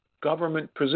government